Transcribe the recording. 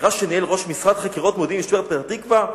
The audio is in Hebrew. מהחקירה שניהל ראש משרד חקירות מודיעין במשטרת פתח-תקווה,